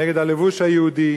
נגד הלבוש היהודי,